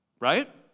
Right